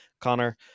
Connor